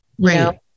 Right